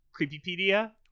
creepypedia